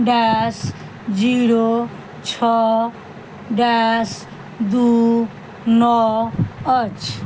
dash zero छओ dash दू नओ अछि